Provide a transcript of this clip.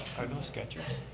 are those sketchers?